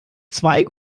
zweige